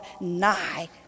nigh